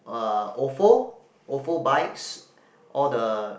uh ofo ofo bikes all the